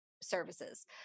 services